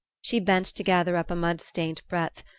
she bent to gather up a mud-stained breadth,